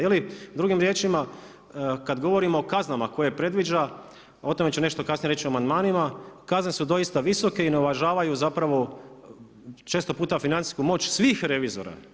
Je li drugim riječima kad govorimo o kaznama koje predviđa, o tome ću nešto kasnije reći u amandmanima, kazne su doista visoke i ne uvažavaju zapravo često puta financijsku moć svih revizora.